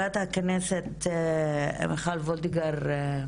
שלום לחברת הכנסת מיכל וולדיגר.